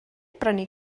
brynu